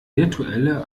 virtuelle